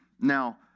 now